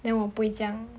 then 我不会这样